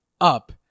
up